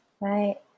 Right